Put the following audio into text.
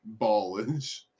ballish